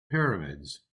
pyramids